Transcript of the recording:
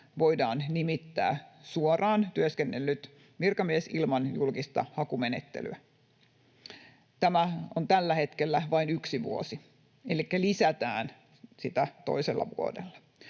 voidaan nimittää suoraan siinä työskennellyt virkamies ilman julkista hakumenettelyä. Tämä on tällä hetkellä vain yksi vuosi, elikkä lisätään sitä toisella vuodella.